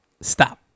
stop